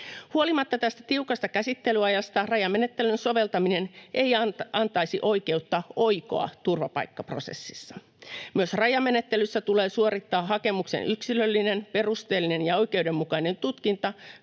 Huolimatta tästä tiukasta käsittelyajasta rajamenettelyn soveltaminen ei antaisi oikeutta oikoa turvapaikkaprosessissa. Myös rajamenettelyssä tulee suorittaa hakemuksen yksilöllinen, perusteellinen ja oikeudenmukainen tutkinta